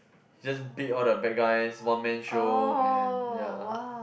it just beat all the bad guys one man show and ya